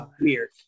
weird